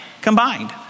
combined